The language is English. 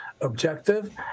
objective